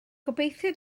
gobeithio